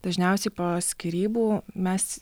dažniausiai po skyrybų mes